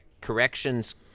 corrections